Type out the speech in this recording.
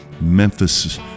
Memphis